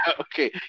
okay